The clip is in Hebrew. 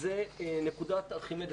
זו נקודת ארכימדס,